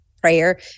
prayer